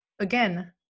Again